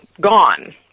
gone